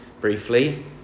briefly